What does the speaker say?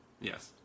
Yes